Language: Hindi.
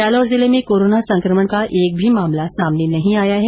जालोर जिले में कोरोना संकमण का एक भी मामला सामने नहीं आया है